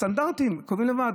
הסטנדרטים הם קובעים לבד,